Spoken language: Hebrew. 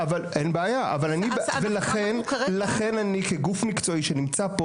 אין בעיה ולכן אני כגוף מקצועי שנמצא פה,